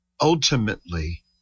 ultimately